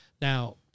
Now